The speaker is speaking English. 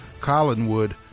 Collinwood